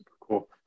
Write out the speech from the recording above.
Cool